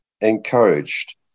encouraged